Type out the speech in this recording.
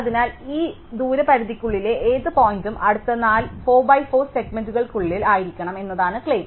അതിനാൽ ഈ ദൂരപരിധിക്കുള്ളിലെ ഏത് പോയിന്റും അടുത്ത 4 ബൈ 4 സെഗ്മെന്റുകൾക്കുള്ളിൽ ആയിരിക്കണം എന്നതാണ് ക്ലെയിം